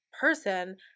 person